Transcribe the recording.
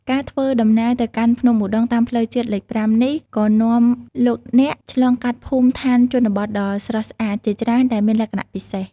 ការធ្វើដំណើរទៅកាន់ភ្នំឧដុង្គតាមផ្លូវជាតិលេខ៥ នេះ ក៏នាំលោកអ្នកឆ្លងកាត់ភូមិឋានជនបទដ៏ស្រស់ស្អាតជាច្រើនដែលមានលក្ខណៈពិសេស។